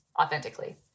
authentically